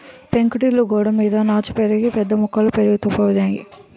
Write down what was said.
పెంకుటిల్లు గోడలమీద నాచు పెరిగి పెద్ద మొక్కలు పెరిగిపోనాయి